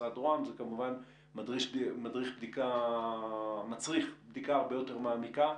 במשרד רוה"מ וזה כמובן מצריך בדיקה הרבה יותר מעמיקה,